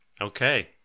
Okay